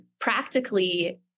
practically